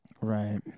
Right